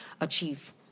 achieve